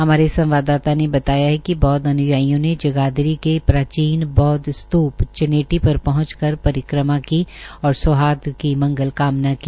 हमारे संवादाता ने बताया है कि बौदव अन्यायियों ने जगाधरी के प्राचीन बौदव स्तूप चनेटी पर पहुंचकर परिक्रमा की और सौहार्द की मंगल कामना की